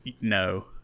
no